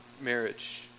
marriage